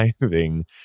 driving